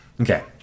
Okay